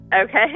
Okay